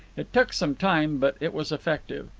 it took some time, but it was effective.